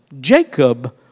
Jacob